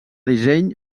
disseny